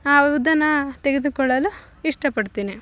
ಅದನ್ನ ತೆಗೆದುಕೊಳ್ಳಲು ಇಷ್ಟಪಡ್ತೇನೆ